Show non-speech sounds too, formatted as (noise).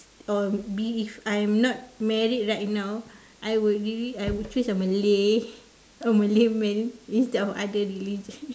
or be if I'm not married right now I would really I would choose a Malay (laughs) a Malay man instead of other religion (laughs)